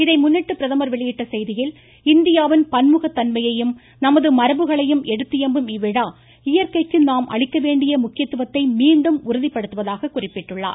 இதை முன்னிட்டு பிரதமர் வெளியிட்டுள்ள செய்தியில் இந்தியாவின் பன்முகத் மரபுகளையும் எடுத்தியம்பும் இவ்விழா இயற்கைக்கு தன்மையையும் நமது நாம் அளிக்கவேண்டிய முக்கியத்துவத்தை மீண்டும் உறுதிப்படுத்துவதாகக் குறிப்பிட்டுள்ளார்